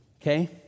Okay